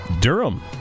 Durham